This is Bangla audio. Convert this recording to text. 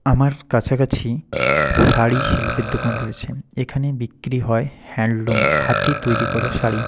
আমার কাছাকাছি শাড়ি শিল্পের দোকান রয়েছে এখানে বিক্রি হয় হ্যাণ্ডলুম হাতে তৈরি করা শাড়ি